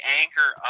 anchor